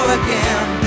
again